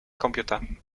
computer